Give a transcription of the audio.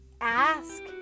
ask